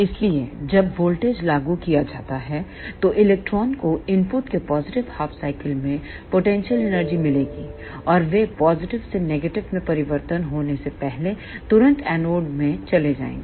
इसलिए जब वोल्टेज लागू किया जाता है तो इलेक्ट्रॉन को इनपुट के पॉजिटिव हाफ साइकिल में पोटेंशियल एनर्जी मिलेगी और वे पॉजिटिव से नेगेटिव में परिवर्तन होने से पहले तुरंत एनोड में चले जाएंगे